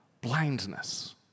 blindness